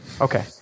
Okay